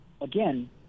again